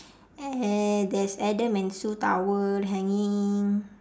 err there's adam and sue towel hanging